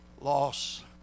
loss